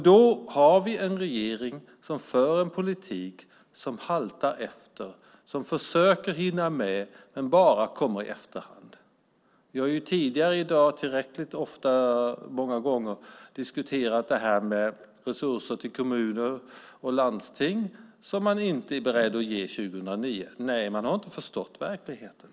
Då har vi en regering som för en politik som haltar efter och som försöker hinna med men som bara kommer i efterhand. Vi har flera gånger tidigare i dag diskuterat frågan om resurser till kommuner och landsting som man inte är beredd att ge 2009. Man har inte förstått verkligheten.